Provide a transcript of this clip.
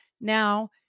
Now